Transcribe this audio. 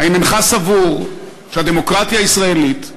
האם אינך סבור שהדמוקרטיה הישראלית,